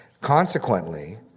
Consequently